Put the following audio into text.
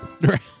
Right